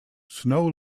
snow